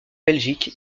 belgique